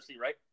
right